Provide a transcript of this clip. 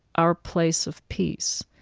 our place of peace